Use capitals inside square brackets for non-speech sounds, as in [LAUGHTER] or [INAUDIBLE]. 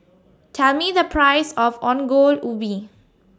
[NOISE] Tell Me The Price of Ongol Ubi